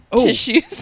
tissues